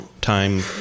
time